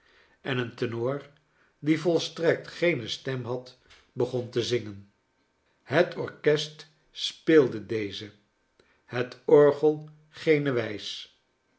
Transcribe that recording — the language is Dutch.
en een tenor die volstrekt geene stem had begon te zingen het orkest speelde deze het orgel gene wys